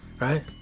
Right